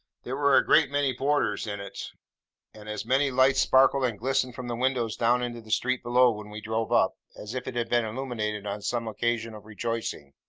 there were a great many boarders in it and as many lights sparkled and glistened from the windows down into the street below, when we drove up, as if it had been illuminated on some occasion of rejoicing.